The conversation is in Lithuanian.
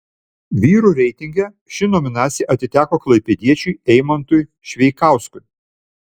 vyrų reitinge ši nominacija atiteko klaipėdiečiui eimantui šveikauskui